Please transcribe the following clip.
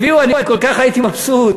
הביאו, אני כל כך הייתי מבסוט,